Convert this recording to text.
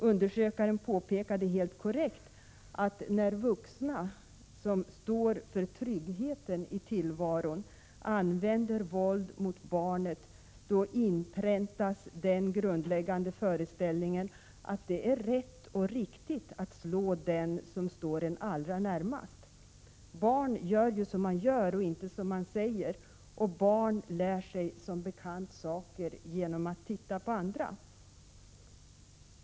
Undersökaren påpekade helt korrekt att när vuxna, som står för tryggheten i tillvaron, använder våld mot barnet inpräntas den grundläggande föreställningen att det är rätt och riktigt att slå den som står en allra närmast. Barn gör som man gör och inte som man säger och barn lär sig, som bekant, saker genom att titta på andra.